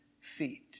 feet